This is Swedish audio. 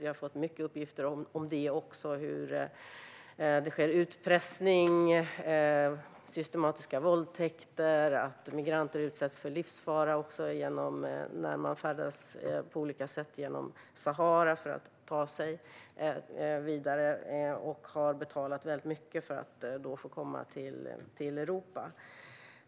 Vi har fått många uppgifter om hur det sker utpressning och systematiska våldtäkter, och migranter utsätts för livsfara när de färdas på olika sätt genom Sahara för att ta sig vidare. De har betalat väldigt mycket för att få komma till Europa.